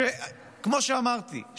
שכמו שאמרתי,